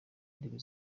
ndimi